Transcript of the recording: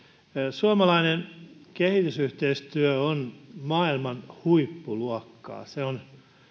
suomalainen kehitysyhteistyö on maailman huippuluokkaa se on